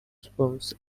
spoons